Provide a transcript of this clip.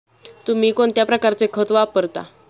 तुम्ही कोणत्या प्रकारचे खत वापरता?